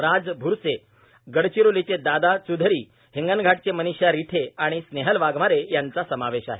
राज भ्रसे गडचिरोलीचे दादा च्धरी हिंगणघाटचे मनिषा रिठे आणि स्नेहल वाघमारे यांचा समावेश आहे